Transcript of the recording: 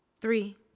three